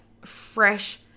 fresh